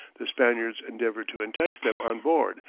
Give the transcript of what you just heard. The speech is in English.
the spaniards endeavoured to entice them on board,